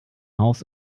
haus